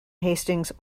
hastings